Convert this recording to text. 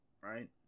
right